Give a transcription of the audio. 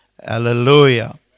Hallelujah